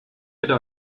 bitte